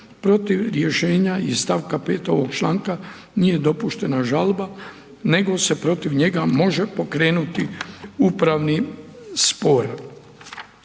Protiv rješenja iz st. 5. ovog članka nije dopuštena žalba, nego se protiv njega može pokrenuti upravni spor.